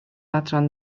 adran